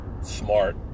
smart